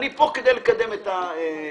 אני פה כדי לקדם את הצעת